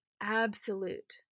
absolute